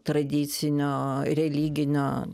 tradicinio religinio